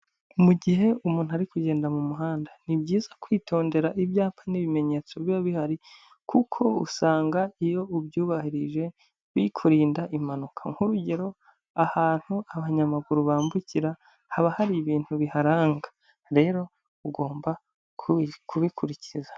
Mu gihe umuntu ari kugenda mu muhanda ni byiza kwitondera ibyapa n'ibimenyetso biba bihari, kuko usanga iyo ubyubahirije bikurinda impanuka nk'urugero, ahantu abanyamaguru bambukira haba hari ibintu biharanga, rero ugomba kubikurikiza.